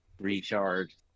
recharge